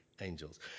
angels